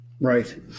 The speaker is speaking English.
Right